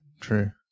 True